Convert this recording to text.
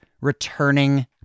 returning